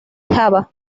java